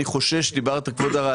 דיברת קודם,